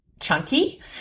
chunky